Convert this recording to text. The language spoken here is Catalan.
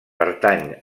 pertany